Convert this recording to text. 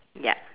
yup